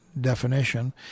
definition